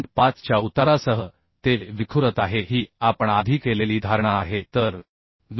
5 च्या उतारासह ते विखुरत आहे ही आपण आधी केलेली धारणा आहे तर 2